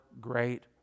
great